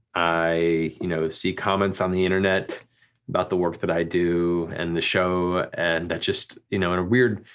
i you know see comments on the internet about the work that i do, and the show, and that just, you know in a weird,